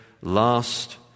last